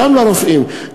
גם לרופאים,